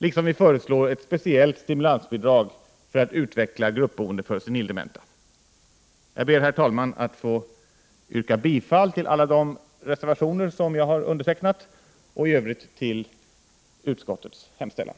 Dessutom föreslår vi ett stimulansbidrag för att utveckla gruppboendet för senildementa. Herr talman! Jag ber att få yrka bifall till alla de reservationer som jag har undertecknat och i övrigt till utskottets hemställan.